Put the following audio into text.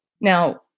Now